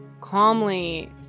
calmly